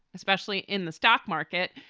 especially in the stock market,